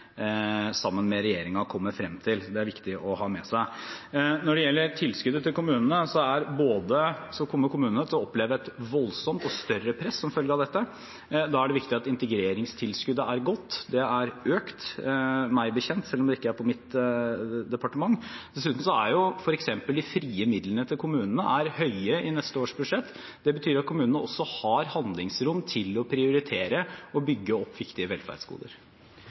sammen med regjeringen, kommer frem til. Det er det viktig å ha med seg. Når det gjelder tilskuddet til kommunene, kommer kommunene til å oppleve et voldsomt og et større press som følge av dette. Da er det viktig at integreringstilskuddet er godt. Det er økt, så vidt jeg vet, selv om det ikke ligger til mitt departement. Dessuten er f.eks. de frie midlene til kommunene på et høyt nivå i budsjettet for neste år. Det betyr at kommunene har handlingsrom til å prioritere å bygge opp viktige velferdsgoder.